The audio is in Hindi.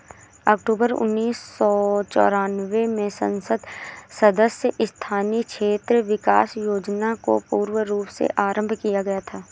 अक्टूबर उन्नीस सौ चौरानवे में संसद सदस्य स्थानीय क्षेत्र विकास योजना को पूर्ण रूप से आरम्भ किया गया था